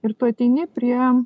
ir tu ateini prie